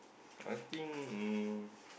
I think um